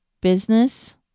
business